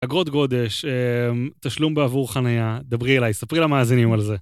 אגרות גודש, תשלום בעבור חנייה, דברי אליי, ספרי למאזינים על זה.